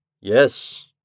Yes